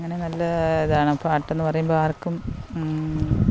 അങ്ങനെ നല്ല ഇതാണ് പാട്ടെന്ന് പറയുമ്പം ആർക്കും